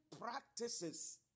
practices